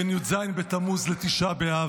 בין י"ז בתמוז לתשעה באב.